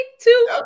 Two